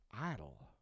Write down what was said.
Idle